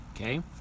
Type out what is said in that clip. Okay